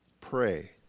Pray